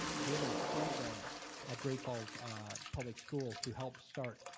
given stem grants at great falls public schools to help start,